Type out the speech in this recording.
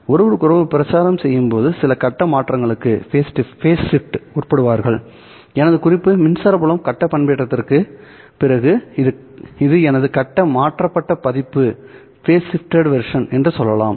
ஒருவருக்கொருவர் பிரச்சாரம் செய்யும்போது சில கட்ட மாற்றங்களுக்கு உட்படுவார்கள் எனது குறிப்பு மின்சார புலம் கட்ட பண்பேற்றத்திற்குப் பிறகு இது எனது கட்டம் மாற்றப்பட்ட பதிப்பு என்று சொல்லலாம்